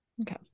Okay